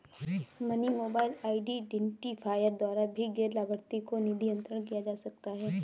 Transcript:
money mobile identifier द्वारा भी गैर लाभार्थी को निधि अंतरण किया जा सकता है